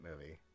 movie